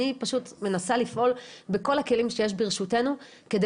אני פשוט מנסה לפעול בכל הכלים שיש ברשותנו כדי